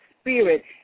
spirit